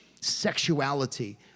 sexuality